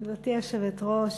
גברתי היושבת-ראש,